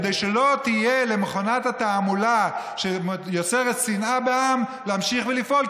כדי שמכונת התעמולה שיוצרת שנאה בעם לא תוכל להמשיך לפעול.